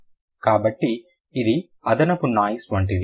కాబట్టి ఇది అదనపు నాయిస్ వంటిది